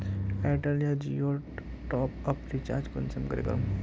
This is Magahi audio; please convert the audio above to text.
एयरटेल या जियोर टॉपअप रिचार्ज कुंसम करे करूम?